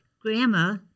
grandma